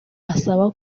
asaba